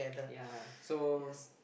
ya so